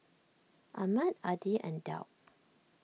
Ahmad Adi and Daud